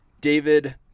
David